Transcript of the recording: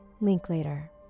Linklater